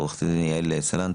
עו"ד יעל סלנט,